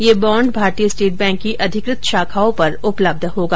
यह बॉण्ड भारतीय state bank की अधिकृत शाखाओं पर उपलब्ध होगा